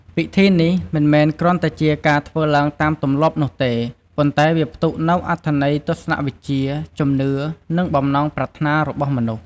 ពិធីនេះមិនមែនគ្រាន់តែជាការធ្វើឡើងតាមទម្លាប់នោះទេ ប៉ុន្តែវាផ្ទុកនូវអត្ថន័យទស្សនវិជ្ជា ជំនឿ និងបំណងប្រាថ្នារបស់មនុស្ស។